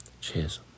Cheers